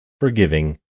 forgiving